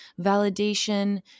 Validation